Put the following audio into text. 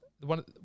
one